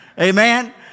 Amen